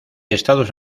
estados